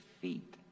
feet